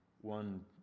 one